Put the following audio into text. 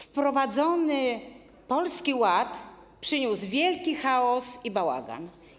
Wprowadzony Polski Ład przyniósł wielki chaos i bałagan.